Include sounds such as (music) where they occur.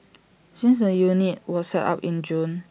(noise) since the unit was set up in June